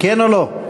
כן או לא?